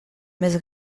més